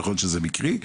יכול להיות שזה מקרי,